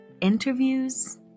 interviews